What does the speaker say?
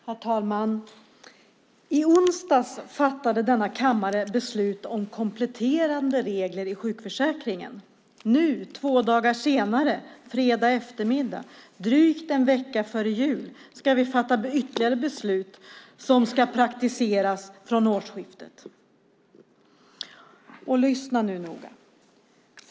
Herr talman! I onsdags fattade denna kammare beslut om kompletterande regler i sjukförsäkringen. Nu två dagar senare, på fredag eftermiddag drygt en vecka före jul, ska vi fatta ytterligare beslut som ska praktiseras från årsskiftet. Lyssna nu noga!